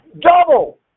double